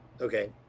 Okay